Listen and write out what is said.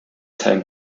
time